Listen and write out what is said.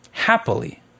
Happily